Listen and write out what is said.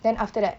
then after that